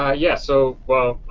ah yes, so well,